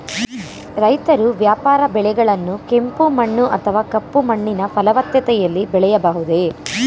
ರೈತರು ವ್ಯಾಪಾರ ಬೆಳೆಗಳನ್ನು ಕೆಂಪು ಮಣ್ಣು ಅಥವಾ ಕಪ್ಪು ಮಣ್ಣಿನ ಫಲವತ್ತತೆಯಲ್ಲಿ ಬೆಳೆಯಬಹುದೇ?